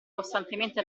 costantemente